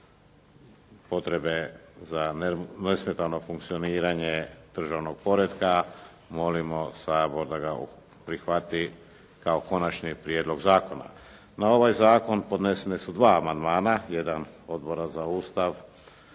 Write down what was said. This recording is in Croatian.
potrebe za nesmetano funkcioniranje državnog poretka, molimo Sabor da ga prihvati kao konačni prijedlog zakona. Na ovaj zakon podnesena su dva amandmana, jedan Odbora za Ustav,